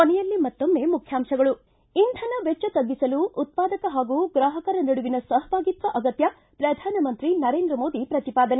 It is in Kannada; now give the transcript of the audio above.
ಕೊನೆಯಲ್ಲಿ ಮತ್ತೊಮ್ಮೆ ಮುಖ್ಯಾಂಶಗಳು ಿ ಇಂಧನ ವೆಚ್ಚ ತಗ್ಗಿಸಲು ಉತ್ವಾದಕ ಹಾಗೂ ಗ್ರಾಹಕರ ನಡುವಿನ ಸಹಭಾಗಿತ್ವ ಅಗತ್ಯ ಪ್ರಧಾನಮಂತ್ರಿ ನರೇಂದ್ರ ಮೋದಿ ಪ್ರತಿಪಾದನೆ